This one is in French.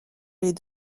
les